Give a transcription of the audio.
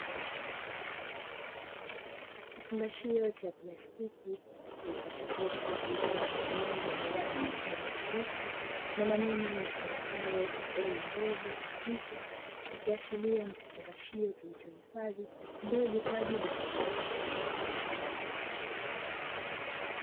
Kifungashio cha plastiki kilichochapishwa picha ya mimea yenye rangi ya kijani kibichi na maneno yasomekayo EA mbegu mchicha ikiashiria nikifungashio kilichohifadhi mbegu kwa ajili ya kilimo.